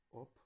up